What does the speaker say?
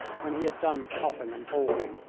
when he had done coughing and hawking.